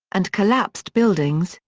and collapsed buildings,